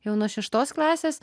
jau nuo šeštos klasės